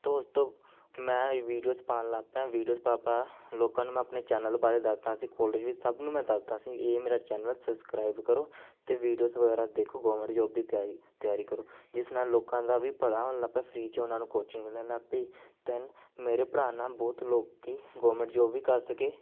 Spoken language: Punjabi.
ਤੋ ਉਸ ਤੋਂ ਮੈਂ ਵੀਡੀਓਸ ਪਾਉਣ ਲੱਗ ਪਿਆ ਵੀਡੀਓਜ ਪਾ ਪਾ ਲੋਕਾਂ ਨੂੰ ਮੈਂ ਆਪਣੇ ਚੈਨਲ ਬਾਰੇ ਦੱਸਦਾ ਸੀ ਕੋਲਜ ਵਿੱਚ ਸਭ ਨੂੰ ਮੈਂ ਦੱਸਦਾ ਸੀ ਇਹ ਮੇਰਾ ਚੈਨਲ ਆ ਸਸਕ੍ਰਾਈਬ ਕਰੋ ਅਤੇ ਵੀਡੀਓਜ਼ ਵਗੈਰਾ ਦੇਖੋ ਗੌਰਮੈਂਟ ਜੋਬ ਦੀ ਤਿਆਰੀ ਤਿਆਰੀ ਕਰੋ ਜਿਸ ਨਾਲ ਲੋਕਾਂ ਦਾ ਵੀ ਭਲਾ ਹੋਣ ਲੱਗ ਪਿਆ ਫਰੀ 'ਚ ਉਹਨਾਂ ਨੂੰ ਕੋਚਿੰਗ ਮਿਲਣ ਲੱਗ ਪਈ ਦੈਨ ਮੇਰੇ ਪੜ੍ਹਾਉਣ ਨਾਲ ਬਹੁਤ ਲੋਕ ਗੌਰਮੈਂਟ ਜੋਬ ਵੀ ਕਰ ਸਕੇ